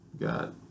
got